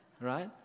Right